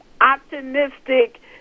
optimistic